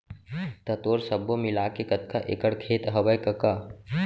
त तोर सब्बो मिलाके कतका एकड़ खेत हवय कका?